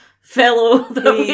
fellow